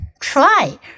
Try